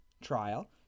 trial